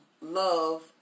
love